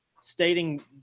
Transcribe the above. stating